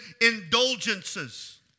indulgences